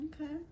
okay